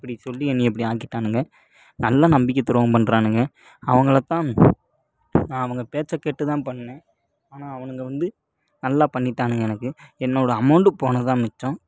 இப்படி சொல்லி என்னை இப்படி ஆக்கிட்டானுங்க நல்லா நம்பிக்கை துரோகம் பண்ணுறானுங்க அவங்கள தான் நான் அவங்க பேச்சை கேட்டு தான் பண்ணேன் ஆனால் அவங்க வந்து நல்லா பண்ணிட்டாங்க எனக்கு என்னோட அமௌண்டு போனது தான் மிச்சம்